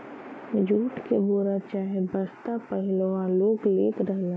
jute के बोरा चाहे बस्ता पहिलवां लोग लेत रहलन